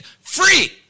free